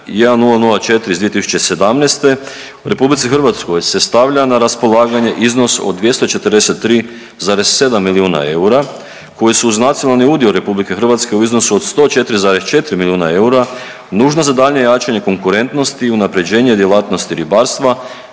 1004/2017 RH se stavlja na raspolaganje iznos od 243,7 milijuna eura koji su uz nacionalni udio RH u iznosu od 104,4 milijuna eura nužna za daljnje jačanje konkurentnosti i unapređenje djelatnosti ribarstva